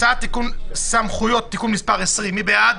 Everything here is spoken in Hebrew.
הצעת תיקון סמכויות, תיקון מס' 20, מי בעד?